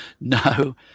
No